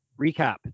recap